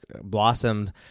blossomed